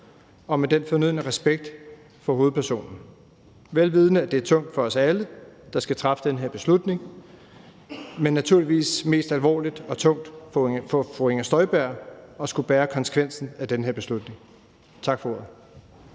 og med den fornødne respekt for hovedpersonen, vel vidende at det er tungt for os alle, der skal træffe den her beslutning, men naturligvis er det mest alvorligt og tungt for fru Inger Støjberg at skulle bære konsekvenserne af den her beslutning. Tak for ordet.